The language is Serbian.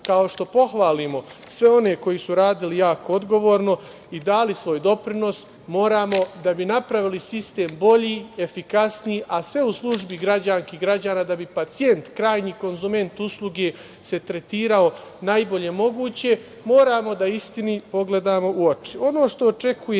kao što pohvalimo sve one koji su radili jako odgovorno i dali svoj doprinos, moramo, da bi napravili bolji sistem, efikasniji, a sve u službi građanki i građana, da bi se pacijent, krajnji konzument usluge tretirao najbolje moguće, istini da pogledamo u oči. Ono što očekujem,